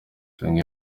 bamwe